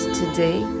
today